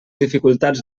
dificultats